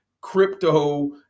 crypto